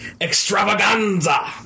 Extravaganza